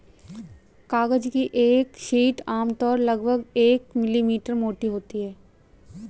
कागज की एक शीट आमतौर पर लगभग एक मिलीमीटर मोटी होती है